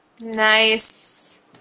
Nice